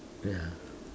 ya